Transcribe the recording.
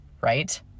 right